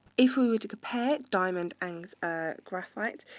if we were to compare diamond and ah graphite,